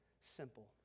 simple